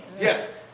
Yes